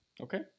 Okay